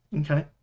Okay